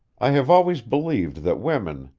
i have always believed that women,